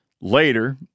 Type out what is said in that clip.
Later